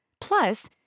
Plus